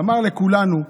אמר לכולנו: